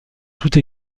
toutes